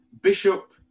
Bishop